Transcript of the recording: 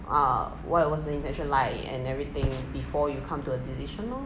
uh what what is the intention like and everything before you come to a decision lor